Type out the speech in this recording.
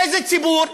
איזה ציבור?